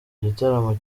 gitaramo